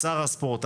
שר הספורט,